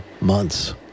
months